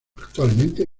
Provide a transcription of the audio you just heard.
actualmente